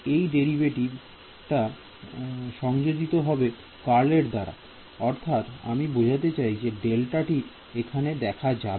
এই ডেরিভেটিভ টা সংযোজিত হবে কারল এর দ্বারা অর্থাৎ আমি বোঝাতে চাই যে ডেল্টা টি এখানে দেখা যাবে